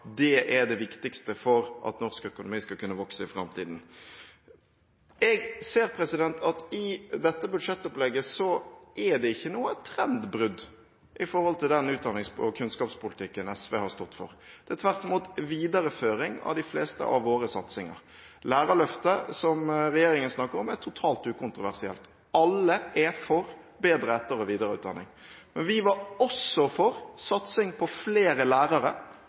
Det er det viktigste for at norsk økonomi skal kunne vokse i framtiden. Jeg ser at i dette budsjettopplegget er det ikke noe trendbrudd i forhold til den utdannings- og kunnskapspolitikken SV har stått for. Det er tvert imot videreføring av de fleste av våre satsinger. Lærerløftet, som regjeringen snakker om, er totalt ukontroversielt – alle er for bedre etter- og videreutdanning. Men vi var også for satsing på flere lærere,